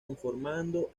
conformando